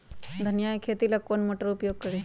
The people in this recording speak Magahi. धनिया के खेती ला कौन मोटर उपयोग करी?